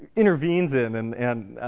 intervenes in and and